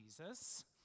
Jesus